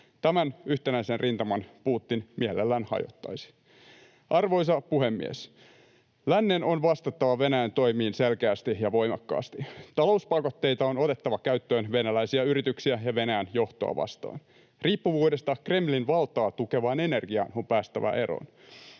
Tämän yhtenäisen rintaman Putin mielellään hajottaisi. Arvoisa puhemies! Lännen on vastattava Venäjän toimiin selkeästi ja voimakkaasti. Talouspakotteita on otettava käyttöön venäläisiä yrityksiä ja Venäjän johtoa vastaan. Riippuvuudesta Kremlin valtaa tukevaan energiaan on päästävä eroon.